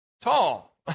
tall